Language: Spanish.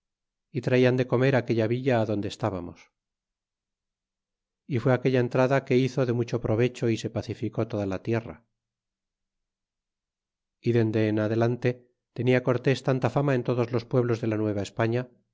y traian de comer aquella villa adonde estábamos e fuá aquella entrada que hizo de mucho provecho y se pacificó toda la tierra y dende en adelante tenia cortés tanta fama en todos los pueblos de la